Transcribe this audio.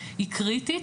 היא קריטית,